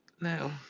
No